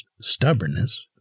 stubbornness